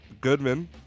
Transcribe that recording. Goodman